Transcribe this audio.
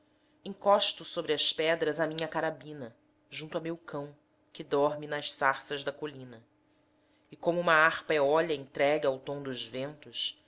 encosto sobre as pedras a minha carabina junto a meu cão que dorme nas sarças da colina e como uma harpa eólia entregue ao tom dos ventos